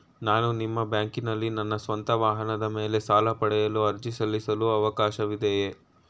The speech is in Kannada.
ನಾನು ನಿಮ್ಮ ಬ್ಯಾಂಕಿನಲ್ಲಿ ನನ್ನ ಸ್ವಂತ ವಾಹನದ ಮೇಲೆ ಸಾಲ ಪಡೆಯಲು ಅರ್ಜಿ ಸಲ್ಲಿಸಲು ಅವಕಾಶವಿದೆಯೇ?